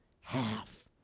half